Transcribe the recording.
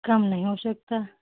कम नहीं हो सकता